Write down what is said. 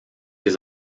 des